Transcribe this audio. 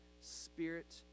spirit